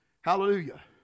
Hallelujah